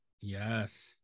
Yes